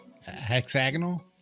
Hexagonal